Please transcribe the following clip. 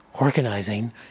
organizing